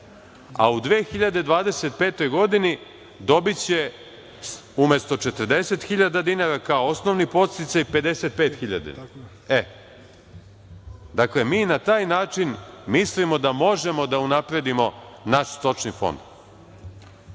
a u 2025. godini dobiće umesto 40.000 dinara, kao osnovni podsticaj, 55.000 dinara. Mi na taj način mislimo da možemo da unapredimo naš stočni fond. Ja